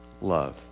love